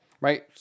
right